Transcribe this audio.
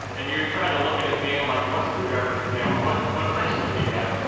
and you're trying to look in his hand, like what screwdriver does he have or what what wrench does he have?